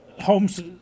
Homes